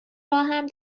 راهم